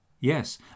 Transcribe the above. Yes